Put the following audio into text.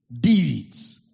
deeds